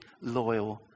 loyal